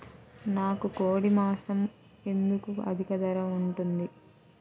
నాకు కోడి మాసం ఎందుకు అధిక ధర ఉంటుంది?